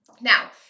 Now